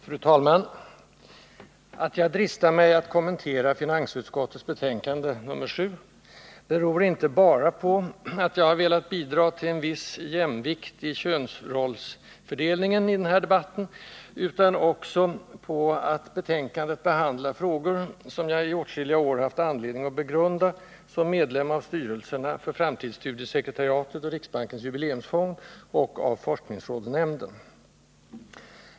Fru talman! Att jag dristar mig att kommentera finansutskottets betänkande 1979/80:7 beror inte bara på att jag har velat bidra till en viss jämvikt i könsrollsfördelningen i den här debatten, utan också på att betänkandet behandlar frågor, som jag i åtskilliga år haft anledning att begrunda som medlem av styrelserna för framtidsstudiesekretariatet och riksbankens jubileumsfond samt av forskningsrådsnämnden.